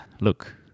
Look